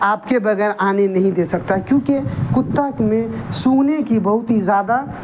آپ کے بغیر آنے نہیں دے سکتا کیونکہ کتا میں سونگھنے کی بہت ہی زیادہ